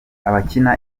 abakina